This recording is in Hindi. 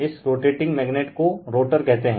इस रोटेटिंग मैगनेट को रोटर कहते है